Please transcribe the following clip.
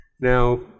Now